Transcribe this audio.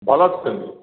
ଭଲ ଅଛନ୍ତି